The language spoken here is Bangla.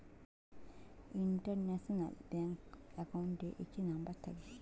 ইন্টারন্যাশনাল ব্যাংক অ্যাকাউন্টের একটি নাম্বার থাকে